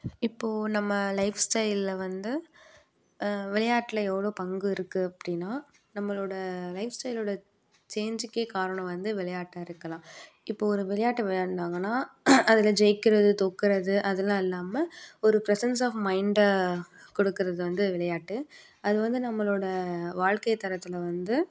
இப்போ நம்ம லைஃப் ஸ்டைலில் வந்து விளையாட்ல எவ்வளோ பங்கு இருக்குது அப்படின்னா நம்மளோடய லைஃப் ஸ்டைலோடய சேஞ்ச்சிக்கே காரணம் வந்து விளையாட்டா இருக்கலாம் இப்போ ஒரு விளையாட்டா விளையாண்டாங்கன்னா அதில் ஜெயிக்கிறது தோற்கிறது அதெல்லாம் இல்லாமல் ஒரு ப்ரெசென்ஸ் ஆஃப் மைண்ட்டை கொடுக்குறது வந்து விளையாட்டு அது வந்து நம்மளோடய வாழ்க்கை தரத்தில் வந்து